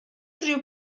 unrhyw